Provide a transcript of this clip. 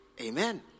Amen